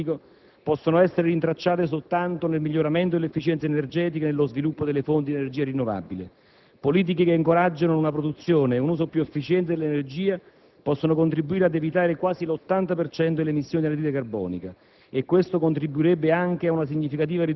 Le possibili soluzioni a questo scenario apocalittico possono essere rintracciate soltanto nel miglioramento dell'efficienza energetica e nello sviluppo delle fonti di energia rinnovabile. Politiche che incoraggiano una produzione e un uso più efficiente dell'energia possono contribuire ad evitare quasi l'80 per cento delle emissioni di anidride carbonica